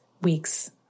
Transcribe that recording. week's